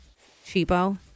cheapo